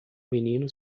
menino